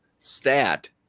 stat